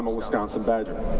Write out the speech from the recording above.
wisconsin badger.